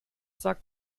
sagt